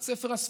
את ספר הספרים,